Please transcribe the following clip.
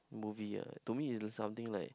movie ah to me it's something like